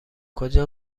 کجا